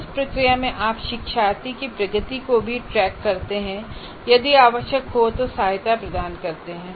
उस प्रक्रिया में आप शिक्षार्थी की प्रगति को भी ट्रैक करते हैं और यदि आवश्यक हो तो सहायता प्रदान करते हैं